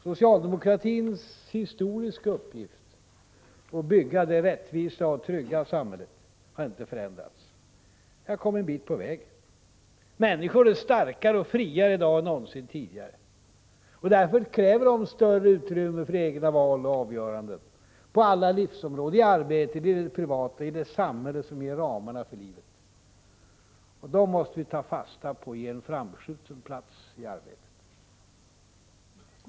Socialdemokratins historiska uppgift — att bygga det rättvisa och trygga samhället — har inte förändrats. Vi har kommit en bit på väg. Människor är starkare och friare i dag än någonsin tidigare. Därför kräver de större utrymme för egna val och avgöranden på alla livets områden, i arbetet, i det privata, och i det samhälle som ger ramarna för våra liv. De kraven måste vi ta fasta på och ge en framskjuten plats i arbetet.